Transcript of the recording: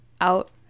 out